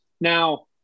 Now